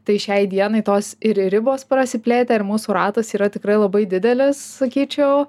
tai šiai dienai tos ir ribos prasiplėtę ir mūsų ratas yra tikrai labai didelis sakyčiau